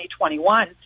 2021